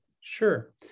Sure